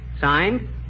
Signed